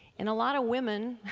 and a lot of women,